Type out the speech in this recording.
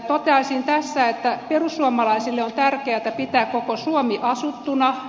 toteaisin tässä että perussuomalaisille on tärkeätä pitää koko suomi asuttuna